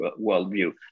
worldview